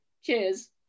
Cheers